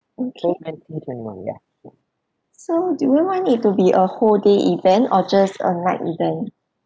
okay so do you want it to be a whole day event or just a night event